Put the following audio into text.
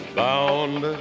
bound